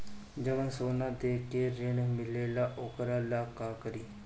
जवन सोना दे के ऋण मिलेला वोकरा ला का करी?